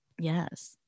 Yes